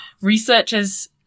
Researchers